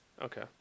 Okay